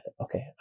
okay